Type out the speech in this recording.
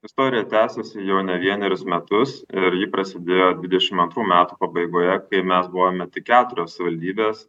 istorija tęsiasi jau ne vienerius metus ir ji prasidėjo dvidešim antrų metų pabaigoje kai mes buvome tik keturios savivaldybės